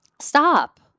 stop